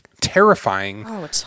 terrifying